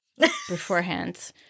beforehand